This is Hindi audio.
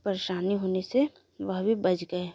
परेशानी होने से वह भी बच गए